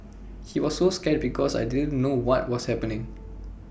he was so scared because I didn't know what was happening